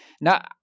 now